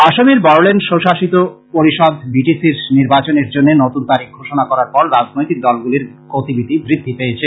আসামের বড়োল্যান্ড স্ব শাসিত পরিষদ বি টি সি র নির্বাচনের জন্য নতুন তারিখ ঘোষণা করার পর রাজনৈতিক দলগুলির গতিবিধি বৃদ্ধি পেয়েছে